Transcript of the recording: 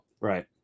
right